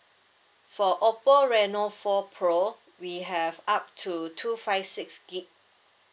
for oppo reno four pro we have up to two five six gig